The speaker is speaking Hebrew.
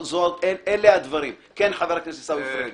בבקשה, חבר הכנסת פריג'.